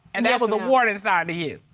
and that was a warning sign to you?